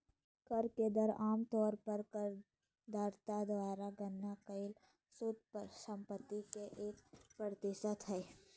कर के दर आम तौर पर करदाता द्वारा गणना कइल शुद्ध संपत्ति के एक प्रतिशत हइ